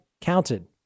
counted